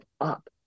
up